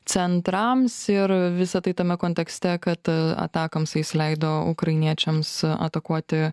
centrams ir visa tai tame kontekste kad atakoms jis leido ukrainiečiams atakuoti